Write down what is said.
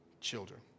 children